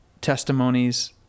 testimonies